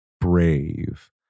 brave